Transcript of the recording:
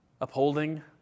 upholding